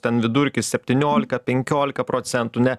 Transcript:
ten vidurkis septyniolika penkiolika procentų ne